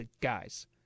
Guys